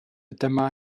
dyma